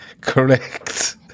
Correct